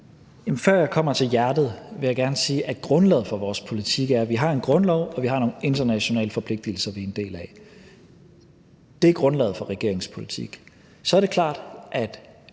før jeg kommer til hjertet, vil jeg gerne sige, at grundlaget for vores politik er, at vi har en grundlov og vi har nogle internationale forpligtelser, som vi er en del af. Det er grundlaget for regeringens politik. Så er det klart, at